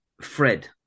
Fred